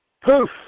Poof